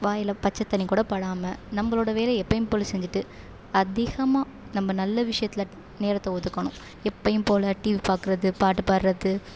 வாயில் பச்சை தண்ணி கூட படாமல் நம்மளோட வேலை எப்போயும் போல் செஞ்சிட்டு அதிகமாக நம்ம நல்ல விஷயத்தில் நேரத்தை ஒதுக்கணும் எப்போயும் போல் டிவி பாக்கிறது பாட்டு பாடுறது